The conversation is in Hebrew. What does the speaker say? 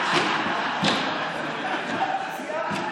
וה'.